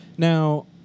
Now